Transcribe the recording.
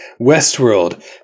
Westworld